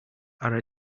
are